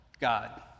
God